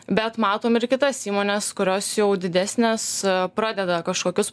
bet matom ir kitas įmones kurios jau didesnės pradeda kažkokius